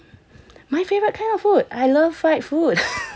my favourite kind of food I love fried food